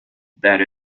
that